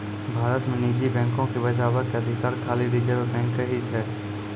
भारत मे निजी बैको के बचाबै के अधिकार खाली रिजर्व बैंक के ही छै